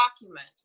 document